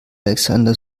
alexander